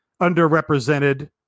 underrepresented